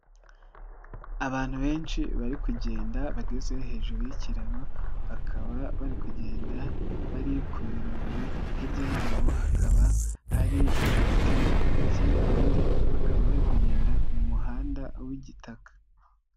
Abantu benshi bari kugenda, bageze hejuru y'ikiraro, bakaba bari kugenda, bari ku murongo hirya yabo hakaba hari ibiti, ikindi kandi bakaba bari kugenda mu muhanda w'igitaka.